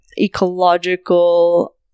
ecological